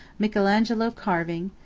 michael angelo carving,